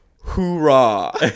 Hoorah